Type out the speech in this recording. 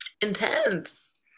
intense